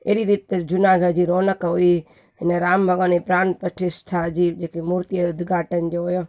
अहिड़ी रीति जूनागढ़ जी रौनक हुई अने राम भॻवान जी प्राण प्रतिष्ठा जी जेके मूर्तीअ जे उद्घाटन जो हुयो